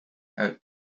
uit